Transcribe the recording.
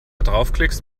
draufklickst